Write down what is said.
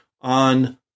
on